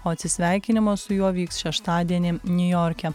o atsisveikinimas su juo vyks šeštadienį niujorke